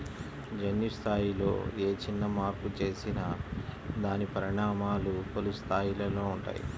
జన్యు స్థాయిలో ఏ చిన్న మార్పు చేసినా దాని పరిణామాలు పలు స్థాయిలలో ఉంటాయి